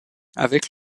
avec